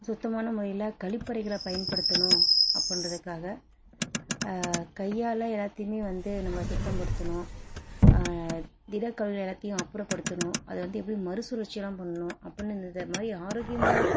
சுத்தமான முறையில் கழிப்பறைகள பயன்படுத்தணும் அப்புடின்றதுக்காக கையால் எல்லாத்தையுமே வந்து நம்ம சுத்தம் படுத்தணும் திடக்கழிவு எல்லாத்தையும் அப்புறப்படுத்தணும் அதை வந்து எப்படி மறுசுழற்சியெல்லாம் பண்ணணும் அப்புடின்னு இந்தமாதிரி ஆரோக்கியமான